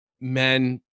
Men